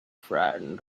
frightened